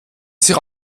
sich